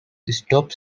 stopped